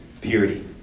purity